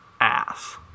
Ass